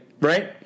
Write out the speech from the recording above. right